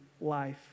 life